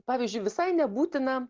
pavyzdžiui visai nebūtina